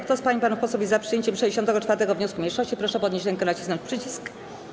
Kto z pań i panów posłów jest za przyjęciem 64. wniosku mniejszości, proszę podnieść rękę i nacisnąć przycisk.